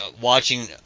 watching